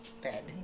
bed